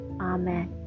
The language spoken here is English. Amen